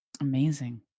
Amazing